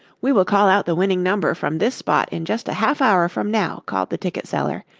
we will call out the winning number from this spot in just a half hour from now, called the ticket seller,